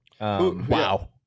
Wow